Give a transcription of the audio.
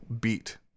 beat